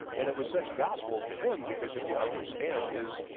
and it was such gospel to him because if you understand his